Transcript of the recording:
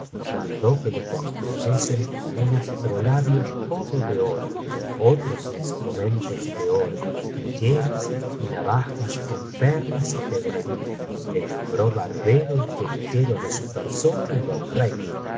mandó que le construyesen un astrolabio todo de oro otros instrumentos de oro tijeras y navajas con perlas y pedrería le nombró barbero y peluquero de su persona y del reino